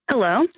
Hello